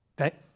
Okay